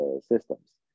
systems